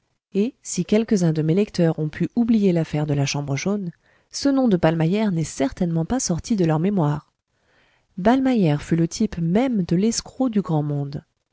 et si quelques-uns de mes lecteurs ont pu oublier l'affaire de la chambre jaune ce nom de ballmeyer n'est certainement pas sorti de leur mémoire ballmeyer fut le type même de l'escroc du grand monde